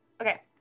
Okay